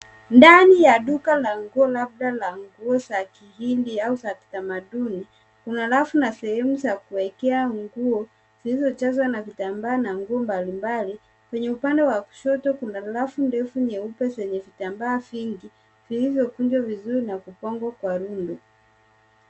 Ndani ya duka la nguo labda ya nguo za kihindi au za kitamaduni kuna rafu na sehemu za kuwekea nguo zilizojazwa na vitambaa na nguo mbalimbali. Kwenye upande wa kushoto, kuna rafu ndefu nyeupe zenye vitambaa vingi vilivyokunjwa vizuri na kupangwa kwa rundo.